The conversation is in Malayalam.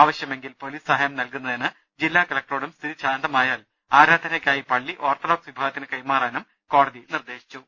ആവശ്യമെങ്കിൽ പൊലിസ് സഹായം നൽകുന്നതിന് ജില്ലാ കലക്ടറോടും സ്ഥിതി ശാന്തമായാൽ ആരാധനയ്ക്കായി പള്ളി ഓർത്തഡോക്സ് വിഭാഗത്തിന് കൈമാറാനും കോടതി നിർദേശിച്ചു